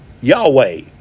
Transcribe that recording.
Yahweh